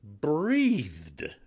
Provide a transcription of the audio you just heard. breathed